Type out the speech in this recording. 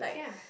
yeah